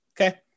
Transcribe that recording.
okay